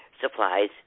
supplies